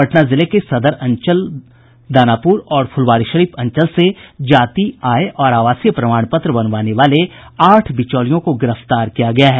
पटना जिले के सदर अंचल दानापुर और फुलवारीशरीफ अंचल से जाति आय और आवासीय प्रमाण पत्र बनवाने वाले आठ बिचौलियों को गिरफ्तार किया गया है